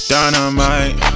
Dynamite